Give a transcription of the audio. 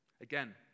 Again